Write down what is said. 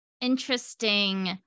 interesting